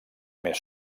més